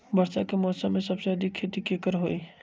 वर्षा के मौसम में सबसे अधिक खेती केकर होई?